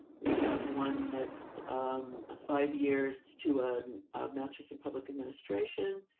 we have one that's um a five years to a master's in public administration.